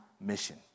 mission